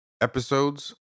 episodes